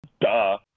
Duh